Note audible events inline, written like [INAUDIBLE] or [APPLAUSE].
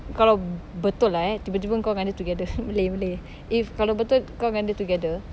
kalau betul lah eh tiba-tiba kau dengan dia together [NOISE] malay malay if kalau betul kau dengan dia together